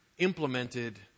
implemented